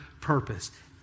purpose